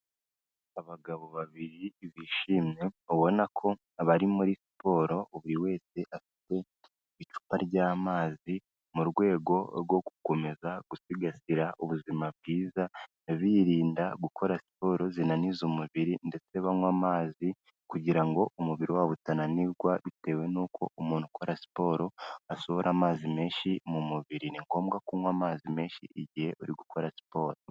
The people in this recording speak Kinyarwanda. Abagabo babiri bishimye ubona ko abari muri siporo, buri wese afite icupa ry'amazi mu rwego rwo gukomeza gusigasira ubuzima bwiza birinda gukora siporo zinaniza umubiri ndetse banywa amazi kugira ngo umubiri wabo utananirwa bitewe nuko umuntu ukora siporo asohora amazi menshi mu mubiri. Ni ngombwa kunywa amazi menshi igihe uri gukora siporo.